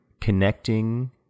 connecting